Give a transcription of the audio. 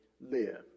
live